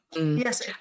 Yes